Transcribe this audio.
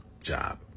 job